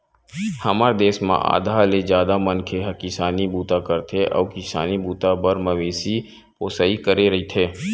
हमर देस म आधा ले जादा मनखे ह किसानी बूता करथे अउ किसानी बूता बर मवेशी पोसई करे रहिथे